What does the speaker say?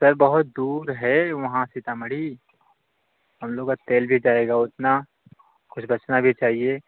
sir बहुत दूर है वहाँ सीतामढ़ी हम लोग का तेल भी जाएगा उतना कुछ बचना भी चाहिए